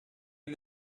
این